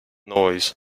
noise